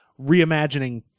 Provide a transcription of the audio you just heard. reimagining